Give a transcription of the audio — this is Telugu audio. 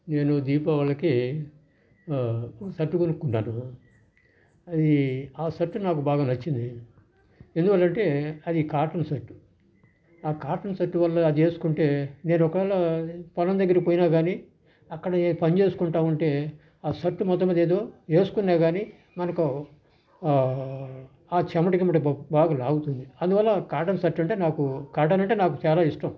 నేను దీపావళికి షర్టు కొనుకున్నాను అది ఆ షర్టు నాకు బాగా నచ్చింది ఎందువల్ల అంటే అది కాటన్ షర్ట్ ఆ కాటన్ షర్టు వల్ల అది వేసుకుంటే మీరు ఒకవేళ పొలం దగ్గరికి పోయిన కానీ అక్కడ పని చేసుకుంటా ఉంటే ఆ షర్టును మొత్తం మీద ఏదో వేసుకున్న కానీ మనకు ఆ చెమట గిమట బాగా లాగుతుంది అందువల్ల కాటన్ షర్ట్ అంటే నాకు కాటన్ అంటే నాకు చాలా ఇష్టం